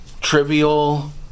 trivial